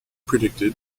predicted